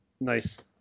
Nice